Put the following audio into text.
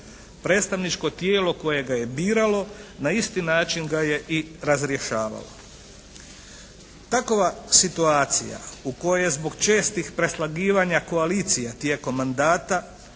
Predstavničko tijelo koje ga je biralo na isti način ga je i razrješavalo. Takova situacija u kojoj zbog čestih preslagivanja koalicije tijekom mandata